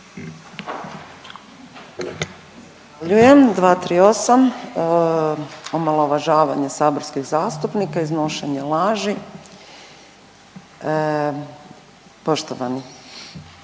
Zahvaljujem 238. Omalovažavanje saborskih zastupnika, iznošenje laži. Poštovani